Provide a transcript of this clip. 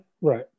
right